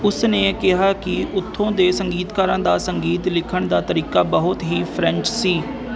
ਉਸ ਨੇ ਕਿਹਾ ਕਿ ਉੱਥੋਂ ਦੇ ਸੰਗੀਤਕਾਰਾਂ ਦਾ ਸੰਗੀਤ ਲਿਖਣ ਦਾ ਤਰੀਕਾ ਬਹੁਤ ਹੀ ਫਰੈਂਚ ਸੀ